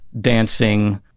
dancing